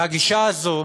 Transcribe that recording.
והגישה הזו